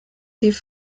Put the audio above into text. die